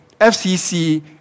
FCC